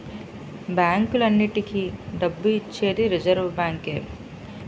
బ్యాంకులన్నింటికీ డబ్బు ఇచ్చేది రిజర్వ్ బ్యాంకే